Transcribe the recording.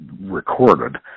recorded